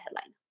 headline